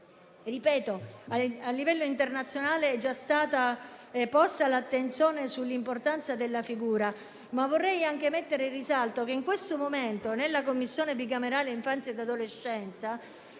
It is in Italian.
Ripeto, a livello internazionale è già stata posta l'attenzione sull'importanza della figura, ma vorrei anche mettere in risalto che in questo momento, nella Commissione bicamerale per l'infanzia e l'adolescenza,